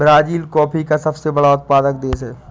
Brazil coffee का सबसे बड़ा उत्पादक देश है